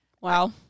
Wow